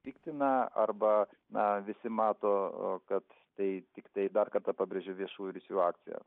piktina arba na visi mato kad tai tiktai dar kartą pabrėžiu viešųjų ryšių akcija